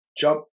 jump